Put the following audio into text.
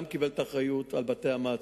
וגם קיבל את האחריות על בתי-המעצר,